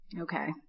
Okay